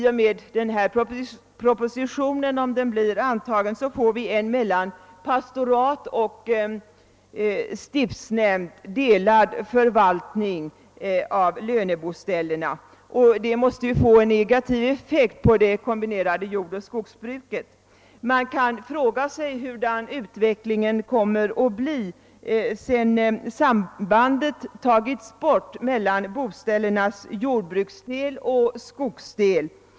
Om propositionen blir antagen, kommer vi att få en mellan pastorat och stiftsnämnd delad förvaltning av löne boställena, och det måste få en negativ effekt på det kombinerade jordoch skogsbruket. Man kan fråga sig hurdan utvecklingen kommer att bli sedan sambandet tagits bort mellan boställenas jordbruksdel och skogsdel.